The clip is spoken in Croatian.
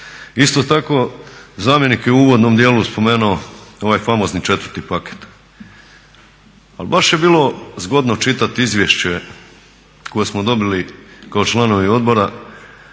Isto tako zamjenik je u uvodnom dijelu spomenuo ovaj famozni četvrti paket. Ali baš je bilo zgodno čitati izvješće koje smo dobili kao članovi odbora